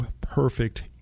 perfect